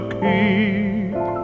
keep